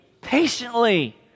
Patiently